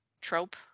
trope